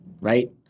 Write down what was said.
right